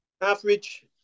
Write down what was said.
average